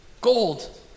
gold